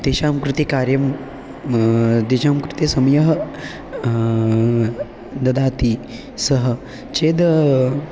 तेषां कृते कार्यं तेषां कृते समयः ददाति सः चेद्